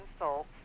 insults